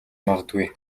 магадгүй